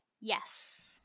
Yes